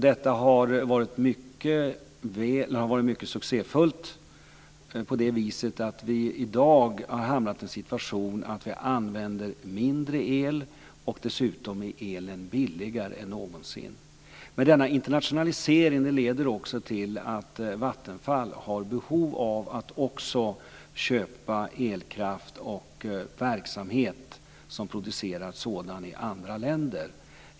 Detta har varit mycket "succéfullt" på så sätt att vi i dag har hamnat i en situation att vi använder mindre el, och dessutom är elen billigare än någonsin. Denna internationalisering leder också till att Vattenfall har behov av att köpa elkraft och verksamhet som producerar sådan i andra länder.